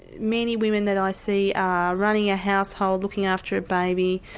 many women that i see are running a household, looking after a baby,